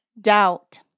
doubt